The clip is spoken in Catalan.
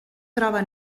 troba